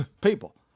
People